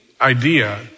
idea